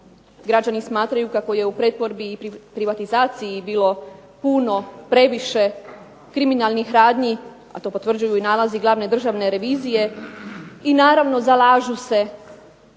građani smatraju kako je u pretvorbi i privatizaciji bilo puno, previše kriminalnih radnji, a to potvrđuju i nalazi glavne Državne revizije i naravno zalažu se